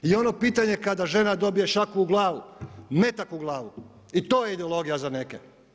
I ono pitanje kada žena dobije šaku u glavu, metak u glavu i to je ideologija za neke.